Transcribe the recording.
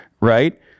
right